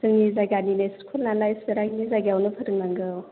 जोंनि जायगानिनो स्कुल नालाय चिरांनि जागायावनो फोरोंनांगौ